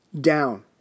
down